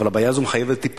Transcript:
אבל הבעיה הזו מחייבת טיפול,